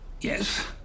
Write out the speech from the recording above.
Yes